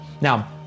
now